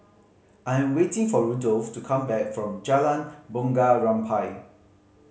I'm waiting for Rudolph to come back from Jalan Bunga Rampai